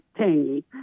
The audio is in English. tangy